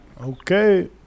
Okay